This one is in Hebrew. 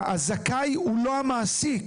שהזכאי הוא לא המעסיק,